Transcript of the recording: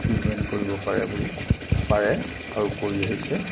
treatment কৰিব পাৰে বুলি পাৰে আৰু কৰি আহিছে